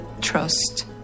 trust